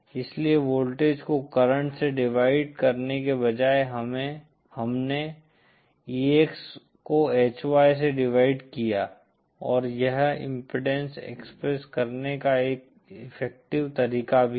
इसलिए वोल्टेज को करंट से डिवाइड करने के बजाय हमने EX को HY से डिवाइड किया है और यह इम्पीडेन्स एक्सप्रेस करने का एक इफेक्टिव तरीका भी है